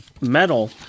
Metal